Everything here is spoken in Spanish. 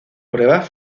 pruebas